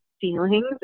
feelings